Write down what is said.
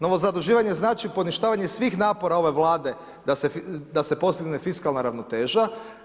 Novo zaduživanje znači poništavanje svih napora ove Vlade da se postigne fiskalna ravnoteža.